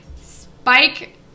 Spike